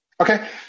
Okay